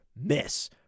miss